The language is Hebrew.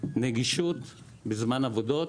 נגישות בזמן עבודות,